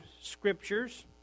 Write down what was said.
scriptures